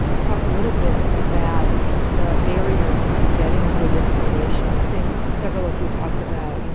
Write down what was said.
talk a little bit about the barriers to getting good information. i think several of you talked about, you know